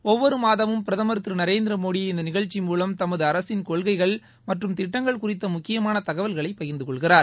ஒவ்வொரு மாதமும் பிரதமர் திரு நரேந்திரமோடி இந்த நிகழ்ச்சி மூவம் தமது அரசின் கொள்கைகள் மற்றும் திட்டங்கள் குறித்த முக்கியமான தகவல்களை பகிர்ந்தகொள்கிறார்